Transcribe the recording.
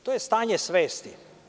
To je stanje svesti.